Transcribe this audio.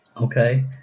okay